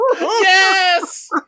Yes